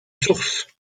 source